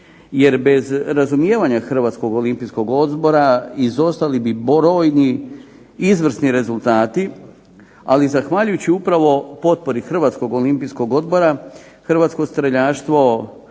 jer bez razumijevanja Hrvatskog olimpijskog odbora izostali bi brojni izvrsni rezultati ali zahvaljujući upravo potpori Hrvatskog olimpijskog odbora Hrvatsko streljaštvo